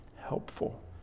helpful